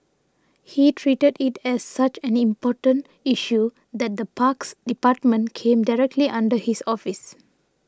he treated it as such an important issue that the parks department came directly under his office